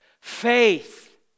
Faith